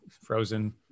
frozen